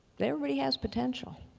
that everybody has potential.